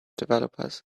developers